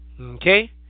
Okay